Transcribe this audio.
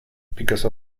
because